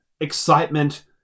excitement